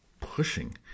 pushing